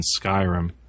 Skyrim